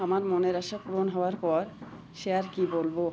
আমার মনের আশা পূরণ হওয়ার পর সে আর কি বলবো